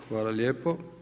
Hvala lijepo.